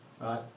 Right